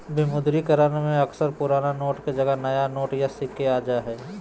विमुद्रीकरण में अक्सर पुराना नोट के जगह नया नोट या सिक्के आ जा हइ